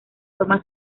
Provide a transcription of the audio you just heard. forma